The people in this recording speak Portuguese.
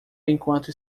enquanto